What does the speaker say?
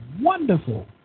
wonderful